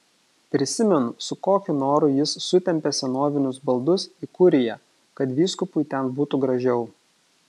prisimenu su kokiu noru jis sutempė senovinius baldus į kuriją kad vyskupui ten būtų gražiau